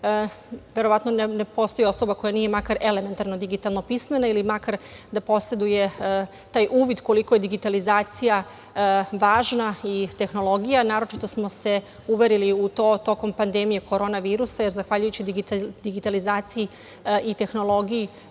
verovatno ne postoji osoba koja nije makar elementarno digitalno pismena ili makar da poseduje taj uvid koliko je digitalizacija važna i tehnologija. Naročito smo se uverili u to tokom pandemije korona virusa, jer zahvaljujući digitalizaciji i tehnologiji